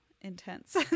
intense